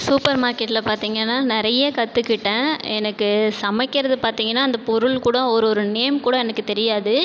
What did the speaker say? super மார்க்கெட்டில் பார்த்தீங்கனா நிறைய கற்றுக்கிட்டேன் எனக்கு சமைக்கிறது பார்த்தீங்கனா அந்த பொருள் கூட ஒரு ஒரு நேம்க்கூட எனக்கு தெரியாது